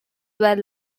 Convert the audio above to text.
were